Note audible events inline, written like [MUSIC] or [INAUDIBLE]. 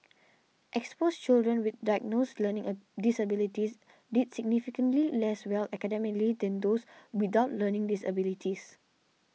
exposed children with diagnosed learning a disabilities did significantly less well academically than those [NOISE] without learning disabilities